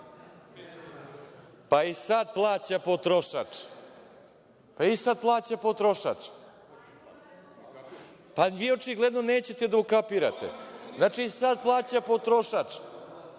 i sada plaća potrošač, pa i sada plaća potrošač. Vi očigledno nećete da ukapirate. Znači i sada plaća potrošač,